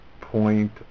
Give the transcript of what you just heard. point